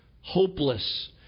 hopeless